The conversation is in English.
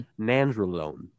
nandrolone